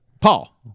Paul